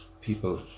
people